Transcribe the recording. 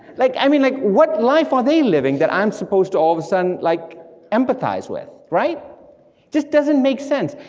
like i mean, like what life are they living, that i'm supposed to all of a sudden like empathize with, right, it just doesn't make sense.